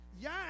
yes